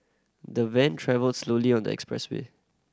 the van travelled slowly on the expressway